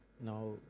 Now